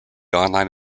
online